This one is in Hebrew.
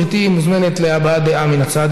גברתי מוזמנת להבעת דעה מהצד,